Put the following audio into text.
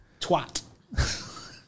Twat